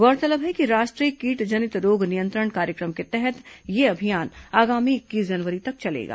गौरतलब है कि राष्ट्रीय कीट जनित रोग नियंत्रण कार्यक्रम के तहत यह अभियान आगामी इक्कीस जनवरी तक चलेगा